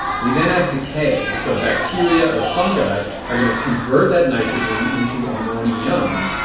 we then have decay. and so bacteria or fungi are going to convert that nitrogen into ammonium.